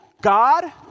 God